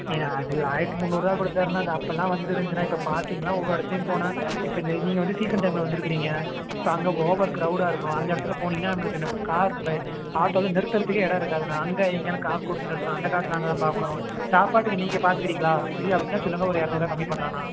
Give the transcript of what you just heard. ஏன்னா அது ஆயிரத்து முன்னூறுரூவா கொடுத்தாருன்னா அது அப்பெல்லாம் வந்துருந்ச்சிண்ணா இப்போ பார்க்கிங்லாம் ஒவ்வொரு இடத்துலையும் போனால் இப்போ இந்த நீங்கள் வந்து சீசன் டைம்மில் வந்துருக்குறீங்க இப்போ அங்கே ஓவர் க்ரவுடாக இருக்கும் அந்த இடத்துல போனீங்கன்னா நம்மளுக்கு நம்ம கார் ப ஆட்டோலாம் நிறுத்துறத்துக்கே இடம் இருக்காதுண்ணா அங்கே இங்கேன்னு காசு கொடுத்து நிறுத்தணும் அந்த காசு நாங்க தான் பார்க்கணும் சாப்பாட்டுக்கு நீங்கள் பார்த்துக்குறிங்களா இல்லை அப்படின்னா சொல்லுங்கள் ஒரு இரநூறுவா கம்மி பண்ணலாண்ணா